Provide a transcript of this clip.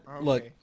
look